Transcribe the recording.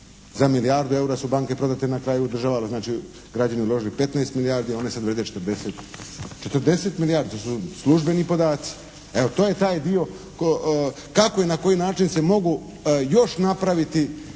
za milijardu eura su banke prodate na kraju država jer znači građani uložili 15 milijardi, one sad vrijede 40, 40 milijardi su službeni podaci. Evo to je taj dio kako i na koji način se mogu još napraviti